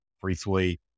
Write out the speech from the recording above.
briefly